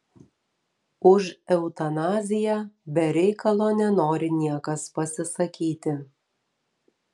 už eutanaziją be reikalo nenori niekas pasisakyti